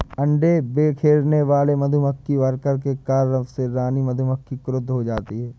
अंडे बिखेरने वाले मधुमक्खी वर्कर के कार्य से रानी मधुमक्खी क्रुद्ध हो जाती है